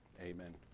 amen